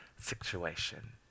situation